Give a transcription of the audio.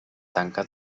tanca